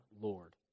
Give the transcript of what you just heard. Lord